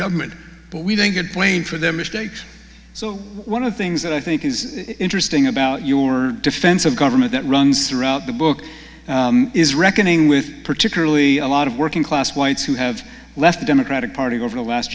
government but we don't get blamed for their mistakes so one of the things that i think is interesting about your defense of government that runs throughout the book is reckoning with particularly a lot of working class whites who have left the democratic party over the last